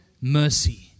mercy